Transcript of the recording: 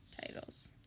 titles